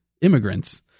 Immigrants